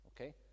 Okay